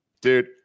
dude